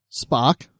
Spock